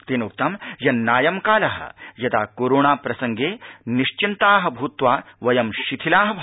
तेनोक्तं यन्नायं काल यदा कोरोणा प्रसंगे निश्चिन्ता भूत्वा वयं शिथिला भवाम